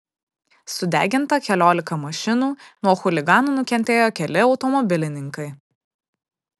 sudeginta keliolika mašinų nuo chuliganų nukentėjo keli automobilininkai